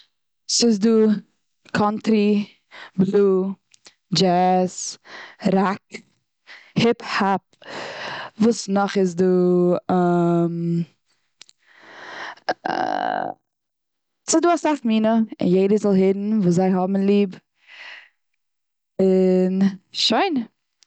ס'איז דא קאנטרי בלוי, דזשעז, ראק, היפ האפ, וואס נאך איז דא ס'דא אסאך מינע, און יעדער זאל הערן וואס זיי האבן ליב, און שוין.